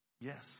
Yes